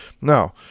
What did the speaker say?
Now